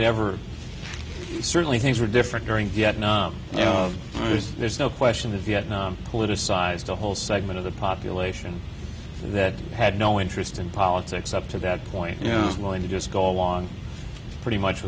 it ever certainly things were different during vietnam you know there's there's no question that vietnam politicized a whole segment of the population that had no interest in politics up to that point you know willing to just go along pretty much